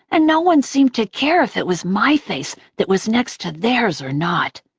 and no one seemed to care if it was my face that was next to theirs or not.